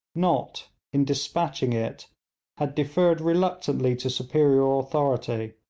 nott in despatching it had deferred reluctantly to superior authority,